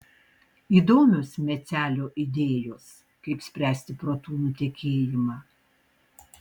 įdomios mecelio idėjos kaip spręsti protų nutekėjimą